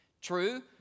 True